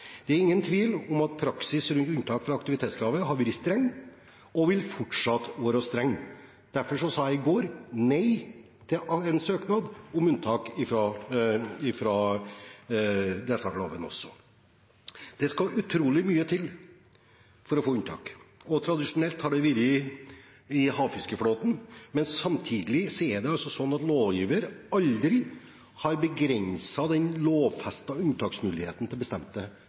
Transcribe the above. Det er ingen tvil om at praksis rundt unntak fra aktivitetskravet har vært streng og fortsatt vil være streng. Derfor sa jeg også i går nei til en søknad om unntak fra deltakerloven. Det skal utrolig mye til for å få unntak. Tradisjonelt har det vært i havfiskeflåten, men samtidig er det også sånn at lovgiver aldri har begrenset den lovfestede unntaksmuligheten til bestemte